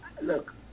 look